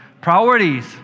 Priorities